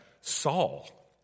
Saul